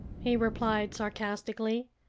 he replied sarcastically.